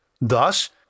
Thus